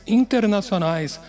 internacionais